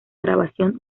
grabación